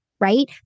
right